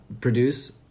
produce